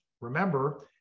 Remember